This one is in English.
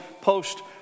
post